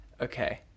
Okay